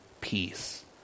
peace